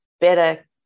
better